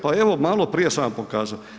Pa evo maloprije sam vam pokazao.